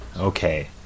Okay